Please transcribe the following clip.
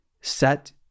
Set